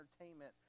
entertainment